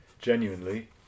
Genuinely